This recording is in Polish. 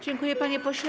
Dziękuję, panie pośle.